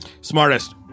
Smartest